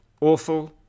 Awful